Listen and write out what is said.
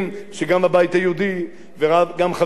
גם חבר הכנסת אמסלם,